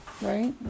Right